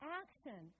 action